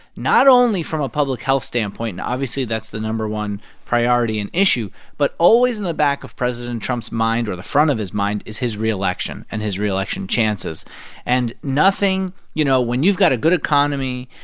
not only from a public health standpoint and obviously that's the no. one priority and issue but always in the back of president trump's mind or the front of his mind is his reelection and his reelection chances and nothing you know, when you've got a good economy,